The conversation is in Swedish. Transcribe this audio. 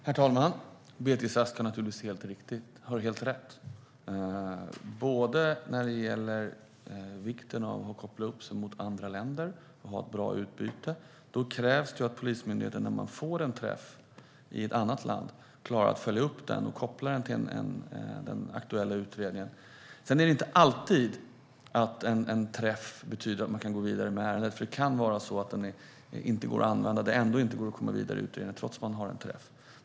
Herr talman! Beatrice Ask har naturligtvis helt rätt när det gäller både vikten av att koppla upp sig mot andra länder och att ha ett bra utbyte. Då krävs det att Polismyndigheten när man får en träff i ett annat land klarar att följa upp den och att koppla den till den aktuella utredningen. Det är inte alltid en träff betyder att man kan gå vidare med ärendet. Det kan vara så att den inte går att använda och att det ändå inte går att komma vidare i utredningen trots att man har en träff.